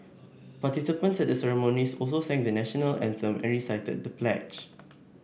participants at the ceremonies also sang the National Anthem and recited the pledge